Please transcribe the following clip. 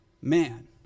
man